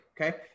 Okay